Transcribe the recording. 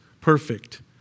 perfect